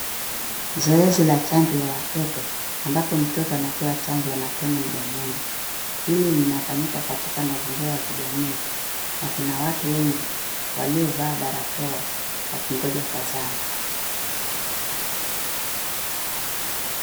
Zoezi la chanjo ya watoto ambapo mtoto anapewa chanjo ya matone mdomoni. Hili linafanyika katika mazingira ya kijamii na kuna watu wengi waliovaa barakoa wakingoja kwa zamu.